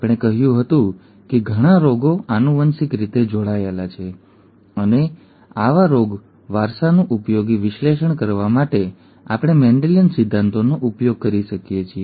અમે કહ્યું હતું કે ઘણા રોગો આનુવંશિક રીતે જોડાયેલા છે અને આવા રોગ વારસાનું ઉપયોગી વિશ્લેષણ કરવા માટે અમે મેન્ડેલિયન સિદ્ધાંતોનો ઉપયોગ કરી શકીએ છીએ